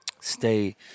stay